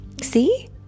See